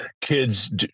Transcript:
kids